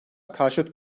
karşıt